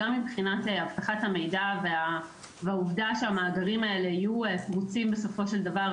גם מבחינת אבטחת המידע והעובדה שהמאגרים האלה יהיו פרוצים בסופו של דבר,